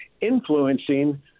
influencing